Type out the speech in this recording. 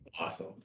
Awesome